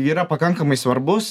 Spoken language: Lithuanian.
yra pakankamai svarbus